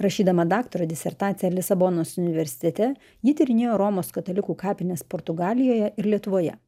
rašydama daktaro disertaciją lisabonos universitete ji tyrinėjo romos katalikų kapines portugalijoje ir lietuvoje